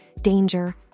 danger